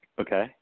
Okay